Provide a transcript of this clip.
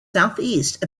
southeast